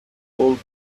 pulled